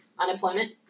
unemployment